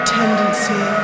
tendency